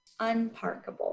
unparkable